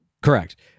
Correct